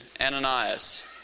Ananias